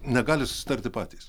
negali susitarti patys